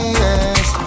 yes